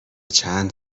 چند